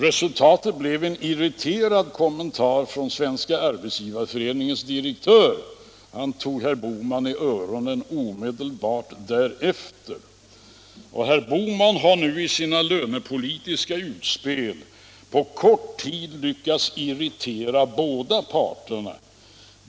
Resultatet blev en irriterad kommentar från Svenska arbetsgivareföreningens direktör. Han tog omedelbart herr Bohman i öronen. Herr Bohman har nu i sina lönepolitiska utspel på kort tid lyckats irritera båda parterna.